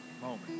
moment